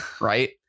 right